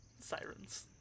sirens